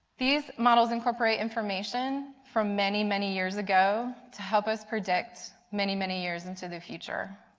these models incorporate information from many many years ago, to help us predict many many years into the future.